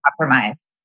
compromise